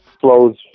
flows